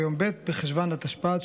ביום ב' בחשוון התשפ"ד,